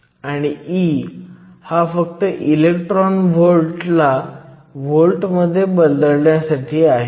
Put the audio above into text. तर आपल्याकडे n बाजूचे इलेक्ट्रॉन्स p बाजूला जात आहेत जिथे ते मायनॉरिटी कॅरियर्स आहेत